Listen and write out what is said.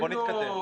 בוא נתקדם.